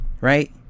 Right